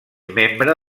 membre